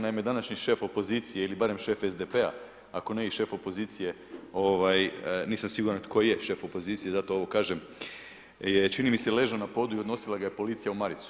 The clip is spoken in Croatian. Naime, današnji šef opozicije ili barem šef SDP-a, ako ne i šef opozicije, nisam siguran tko je šef opozicije, zato ovo kažem, je čini mi se, ležao na podu i odnosila ga je policija u maricu.